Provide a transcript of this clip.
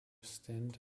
stint